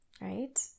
right